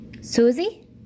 Susie